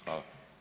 Hvala.